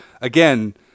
again